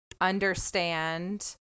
understand